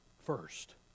first